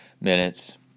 minutes